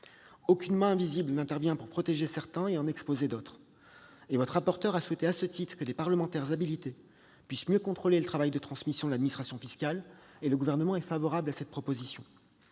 Aucune main invisible n'intervient pour protéger certains et en exposer d'autres. Votre rapporteur a souhaité, à ce titre, que des parlementaires habilités puissent mieux contrôler le travail de transmission de l'administration fiscale. Le Gouvernement est favorable à cette proposition.